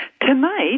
Tonight